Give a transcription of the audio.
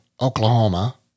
Oklahoma